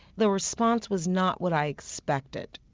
the response was not what i expected.